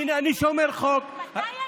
הינה, אני שומר חוק, מתי ההילולה?